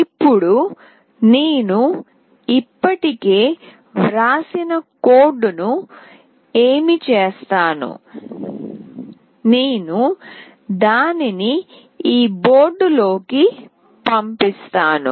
ఇప్పుడు నేను ఇప్పటికే వ్రాసిన కోడ్ ను ఏమి చేస్తాను నేను దానిని ఈ బోర్డులోకి పంపిస్తాను